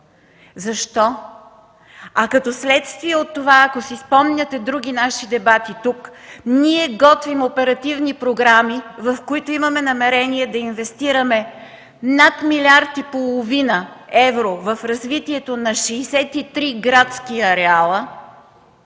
Защо?! Като следствие от това, ако си спомняте други наши дебати тук, ние готвим оперативни програми, в които имаме намерение да инвестираме над 1,5 млрд. евро в развитието на 63 градски ареала,